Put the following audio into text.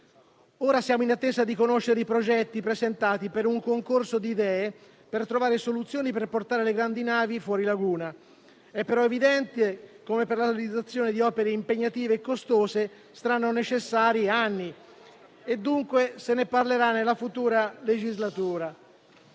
Ora siamo in attesa di conoscere i progetti presentati per un concorso di idee, per trovare soluzioni per portare le grandi navi fuori laguna. È però evidente come per la realizzazione di opere impegnative e costose saranno necessari anni e dunque se ne parlerà nella futura legislatura.